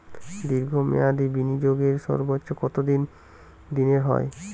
দীর্ঘ মেয়াদি বিনিয়োগের সর্বোচ্চ কত দিনের হয়?